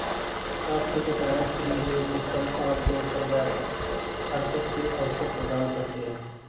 आपको पता है फ्री रेंज सिस्टम आमतौर पर व्यापक हरकत के अवसर प्रदान करते हैं?